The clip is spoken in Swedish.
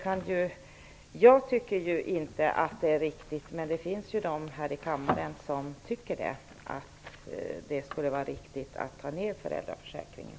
Jag tycker inte att det är riktigt, men det finns ju de här i kammaren som tycker att det skulle vara riktigt att ta ned föräldraförsäkringen.